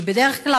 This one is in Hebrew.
בדרך כלל,